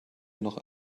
noch